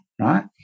right